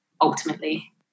ultimately